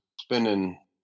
spending